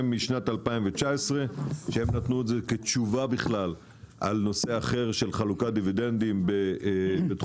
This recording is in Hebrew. משנת 2019. הם נתנו את זה כתשובה לנושא אחר של חלוקת דיבידנדים בתחום